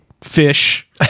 fish